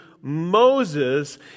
Moses